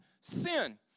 sin